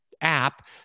app